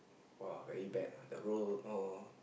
!woah! very bad the roll all